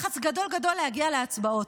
לחץ גדול גדול להגיע להצבעות.